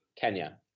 Kenya